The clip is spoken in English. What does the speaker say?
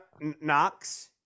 Knox